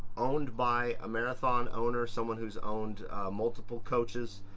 owned by a marathon owner, someone who's owned multiple coaches,